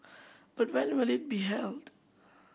but when will it be held